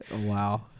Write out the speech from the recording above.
Wow